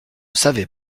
savais